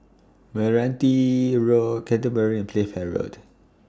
Meranti Road Canterbury and Playfair Road